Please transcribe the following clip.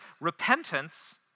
repentance